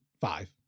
five